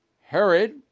Herod